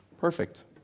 Perfect